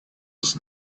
was